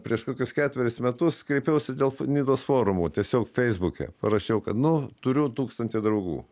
prieš kokius ketverius metus kreipiausi dėl f nidos forumų tiesiog feisbuke parašiau kad nu turiu tūkstantį draugų